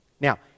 Now